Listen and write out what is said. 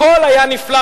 הכול היה נפלא,